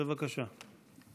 בבקשה.